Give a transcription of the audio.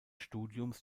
studiums